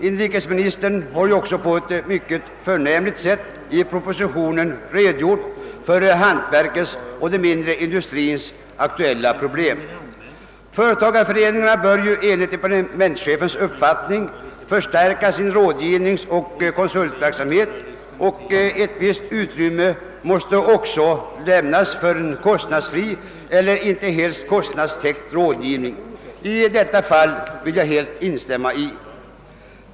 Inrikesministern har även på ett mycket förnämligt sätt i propositionen redogjort för hantverkets och den mindre industrins aktuella problem. Företagareföreningarna bör enligt departementschefens uppfattning förstärka sin rådgivningsoch konsultverksamhet, och ett visst utrymme måste också lämnas för en kostnadsfri eller inte helt kostnadstäckt rådgivning. I detta vill jag helt instämma.